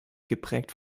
geprägt